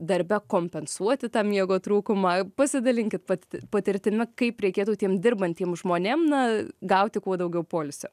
darbe kompensuoti tą miego trūkumą pasidalinkit pati patirtimi kaip reikėtų tiem dirbantiem žmonėm na gauti kuo daugiau poilsio